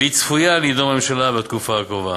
וצפוי דיון בה בממשלה בתקופה הקרובה.